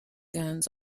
guns